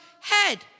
head